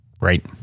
Right